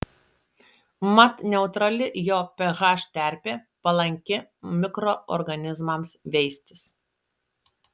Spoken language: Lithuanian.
mat neutrali jo ph terpė palanki mikroorganizmams veistis